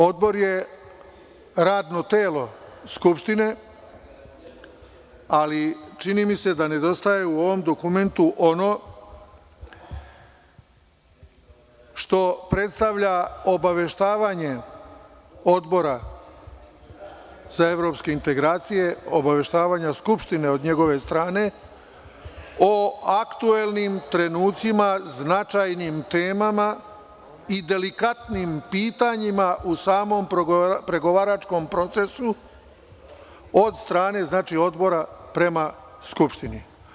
Odbor je radno telo Skupštine, ali čini mi se da nedostaje u ovom dokumentu ono što predstavlja obaveštavanje Odbora za evropske integracije, obaveštavanja Skupštine od njegove strane o aktuelnim trenucima značajnim temama i delikatnim pitanjima u samom pregovaračkom procesu od strane Odbora prema Skupštini.